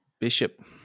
Bishop